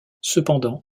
cependant